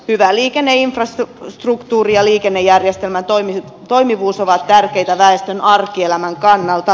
hyvä liikenneinfrastruktuuri ja liikennejärjestelmän toimivuus ovat tärkeitä väestön arkielämän kannalta